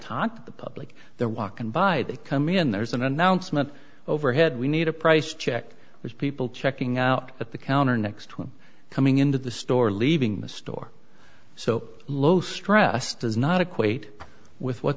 doesn't tot the public they're walking by they come in there's an announcement overhead we need a price check which people checking out at the counter next to him coming into the store or leaving the store so low stress does not equate with what